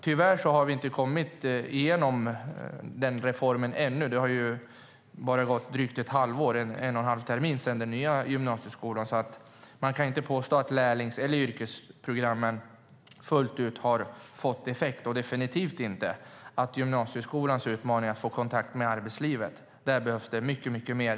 Tyvärr har vi inte kommit igenom denna reform ännu. Det har ju bara gått drygt ett halvår - en och en halv termin - sedan den nya gymnasieskolan kom. Man kan alltså inte påstå att yrkesprogrammen fullt ut har fått effekt. Och man kan definitivt inte påstå att detta gäller gymnasieskolans utmaning att få kontakt med arbetslivet. Där behövs det mycket, mycket mer.